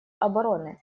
обороны